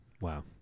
Wow